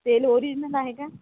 तेल ओरिजनल आहे का